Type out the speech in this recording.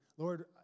Lord